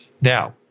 Now